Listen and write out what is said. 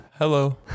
Hello